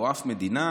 או אף מדינה,